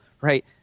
Right